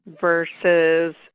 versus